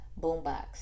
boombox